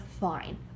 fine